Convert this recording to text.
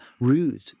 rude